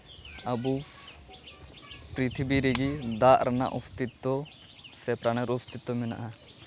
ᱟᱵᱚ ᱯᱨᱤᱛᱷᱤᱵᱤ ᱨᱮᱜᱮ ᱫᱟᱜ ᱨᱮᱱᱟᱜ ᱚᱥᱛᱤᱛᱛᱚ ᱥᱮ ᱯᱨᱟᱱᱮᱨ ᱚᱥᱛᱤᱛᱛᱚ ᱢᱮᱱᱟᱜᱼᱟ